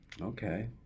Okay